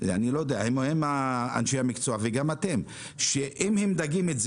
הם אנשי המקצוע וגם אתם אומרים שאם הם דגים,